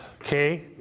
Okay